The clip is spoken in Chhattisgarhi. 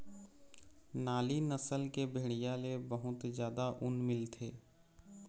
नाली नसल के भेड़िया ले बहुत जादा ऊन मिलथे